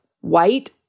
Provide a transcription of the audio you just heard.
white